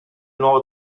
nuovo